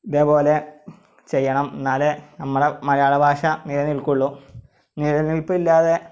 ഇതേപോലെ ചെയ്യണം എന്നാലെ നമ്മളുടെ മലയാള ഭാഷ നിലനിൽക്കുകയുള്ളു നിലനിൽപ്പില്ലാതെ